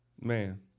Man